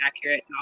accurate